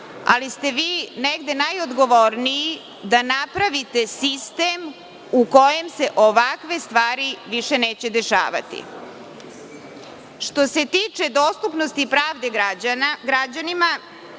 ali ste vi negde najodgovorniji da napravite sistem u kojem se ovakve stvari više neće dešavati. Što se tiče dostupnosti pravde građanima,